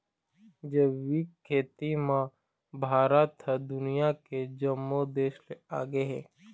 जैविक खेती म भारत ह दुनिया के जम्मो देस ले आगे हे